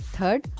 Third